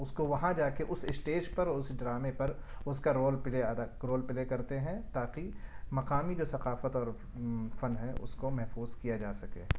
اس کو وہاں جا کے اس اشٹیج پر اور اس ڈرامے پر اس کا رول پلے ادا رول پلے کرتے ہیں تاکہ مقامی جو ثقافت اور فن ہے اس کو محفوظ کیا جا سکے